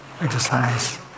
exercise